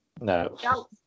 No